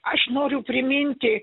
aš noriu priminti